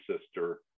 sister